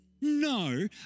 No